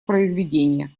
произведения